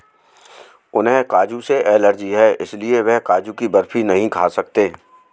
उन्हें काजू से एलर्जी है इसलिए वह काजू की बर्फी नहीं खा सकते